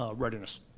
ah readiness.